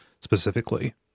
specifically